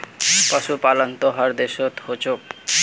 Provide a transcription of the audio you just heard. पशुपालन त हर देशत ह छेक